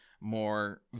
more